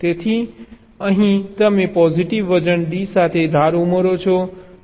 તેથી અહીં તમે પોઝિટીવ વજન d સાથે ધાર ઉમેરો છો